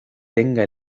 tenga